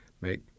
make